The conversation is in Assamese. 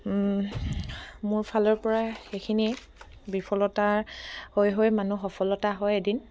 মোৰ ফালৰ পৰা সেইখিনি বিফলতা হৈ হৈ মানুহ সফলতা হয় এদিন